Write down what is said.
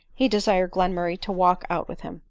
he desired glenmurray to walk out with him.